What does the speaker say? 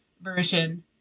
version